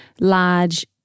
large